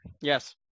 Yes